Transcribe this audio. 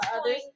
others